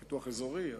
פיתוח אזורי,